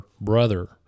brother